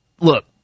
Look